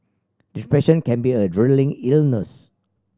depression can be a draining illness